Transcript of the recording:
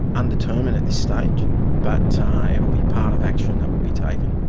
undetermined at this stage but it'll be part of action that will be taken.